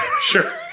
Sure